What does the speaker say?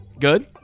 Good